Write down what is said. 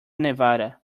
nevada